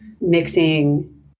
mixing